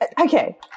okay